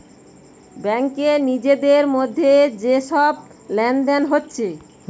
ব্যাংকে নিজেদের মধ্যে যে সব লেনদেন হচ্ছে